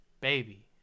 Baby